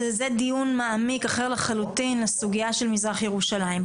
זה דיון מעמיק אחר לחלוטין לסוגיה של מזרח ירושלים.